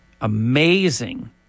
Amazing